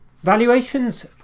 Valuations